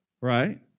Right